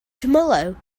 tomorrow